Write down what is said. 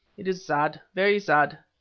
it is sad, very sad,